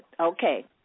Okay